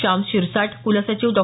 शाम शिरसाठ कुलसचिव डॉ